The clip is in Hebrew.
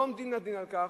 לא עומדים לדין על כך,